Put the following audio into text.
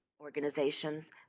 organizations